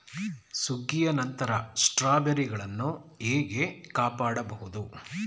ಸುಗ್ಗಿಯ ನಂತರ ಸ್ಟ್ರಾಬೆರಿಗಳನ್ನು ಹೇಗೆ ಕಾಪಾಡ ಬಹುದು?